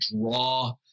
draw